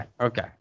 okay